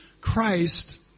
Christ